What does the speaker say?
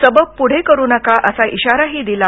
सबब पूढे करू नका असा इशाराही दिला